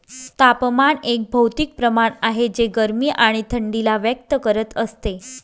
तापमान एक भौतिक प्रमाण आहे जे गरमी आणि थंडी ला व्यक्त करत असते